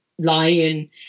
Lion